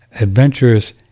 adventurous